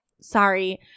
sorry